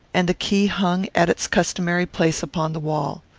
and the key hung at its customary place upon the wall.